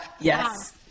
Yes